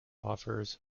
offers